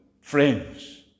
friends